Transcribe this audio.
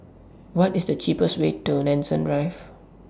What IS The cheapest Way to Nanson Drive